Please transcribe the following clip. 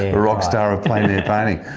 a rock star of plein and air painting.